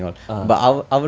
(uh huh)